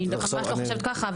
אני ממש לא חושבת ככה,